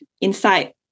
insight